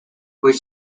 which